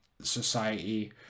society